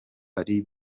ari